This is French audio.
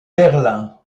berlin